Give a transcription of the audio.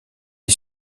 est